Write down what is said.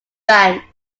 bank